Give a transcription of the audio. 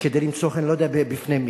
כדי למצוא חן, אני לא יודע בפני מי.